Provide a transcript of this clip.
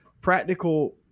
practical